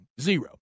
Zero